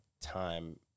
time